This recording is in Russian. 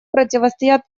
противостоят